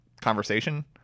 conversation